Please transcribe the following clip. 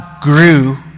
grew